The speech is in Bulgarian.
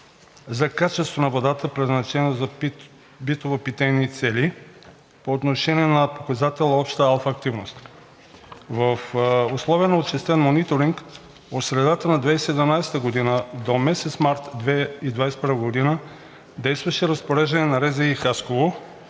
за качество на водата, предназначена за битово-питейни цели по отношение на показателя „обща алфа активност“. В условия на учестен мониторинг от средата на 2017 г. до месец март 2021 г. действаше разпореждане на РЗИ – Хасково,